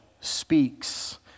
speaks